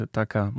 taka